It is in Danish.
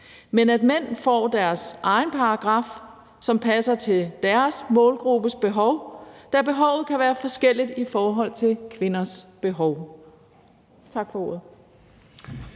men at mænd får deres egen paragraf, som passer til deres målgruppes behov, da behovet kan være forskelligt fra kvinders behov.